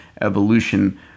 evolution